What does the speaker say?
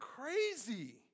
crazy